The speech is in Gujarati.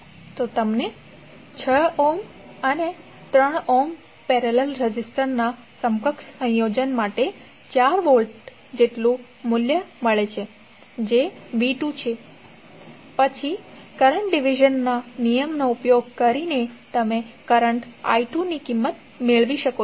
તો તમને 6 ઓહ્મ અને 3 ઓહ્મ પેરેલલ રેઝિસ્ટરના સમકક્ષ સંયોજન માટે 4 વોલ્ટ જેટલું મૂલ્ય મળે છે જે v2 છે પછી કરંટ ડીવીઝનના નિયમનો ઉપયોગ કરીને તમે કરંટ i2 ની કિંમત મેળવી શકો છો